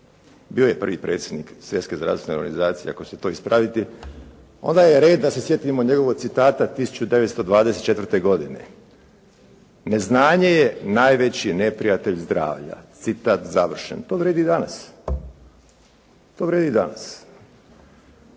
bio je prvi predsjednik Svjetske zdravstvene organizacije, ako ćete to ispraviti, onda je red da se sjetimo njegovog citata 1924. godine: „Neznanje je najveći neprijatelj zdravlja.“, citat završen. To vrijedi i danas, to vrijedi i danas.